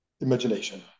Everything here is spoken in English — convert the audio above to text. imagination